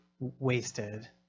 wasted